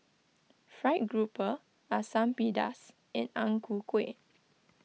Fried Grouper Asam Pedas and Ang Ku Kueh